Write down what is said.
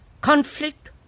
conflict